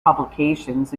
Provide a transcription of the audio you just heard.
publications